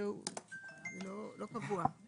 הוא לא קבוע.